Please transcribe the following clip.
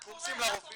מה קורה עם הרישיונות,